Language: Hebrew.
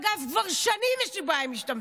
אגב, כבר שנים יש לי בעיה עם משתמטים.